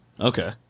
okay